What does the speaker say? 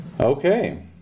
Okay